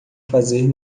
fazer